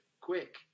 quick